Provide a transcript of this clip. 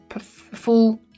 full